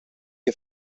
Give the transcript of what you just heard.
que